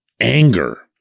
anger